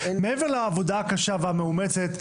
מעבר לעבודה הקשה והמאומצת,